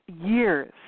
years